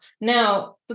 Now